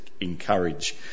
encourage